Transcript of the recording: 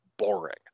boring